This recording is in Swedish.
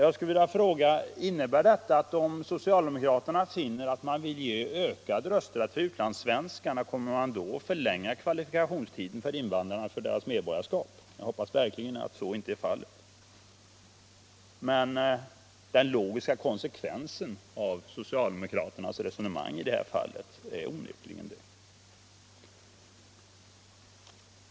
Jag skulle vilja fråga: Innebär detta att socialdemokraterna, om de finner att de vill ge utlandssvenskarna ökad rösträtt, kommer att förlänga kvalifikationstiden när det gäller invandrarnas medborgarskap? Jag hoppas verkligen att så inte är fallet. Men det är onekligen den logiska konsekvensen av socialdemokraternas resonemang i det här fallet.